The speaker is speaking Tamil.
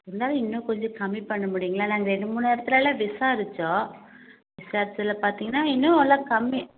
இருந்தாலும் இன்னும் கொஞ்சம் கம்மி பண்ண முடியுங்களா நாங்கள் ரெண்டு மூணு இடத்துலலாம் விசாரிச்சோம் விசாரிச்சதில் பார்த்தீங்கன்னா இன்னும் நல்லா கம்மி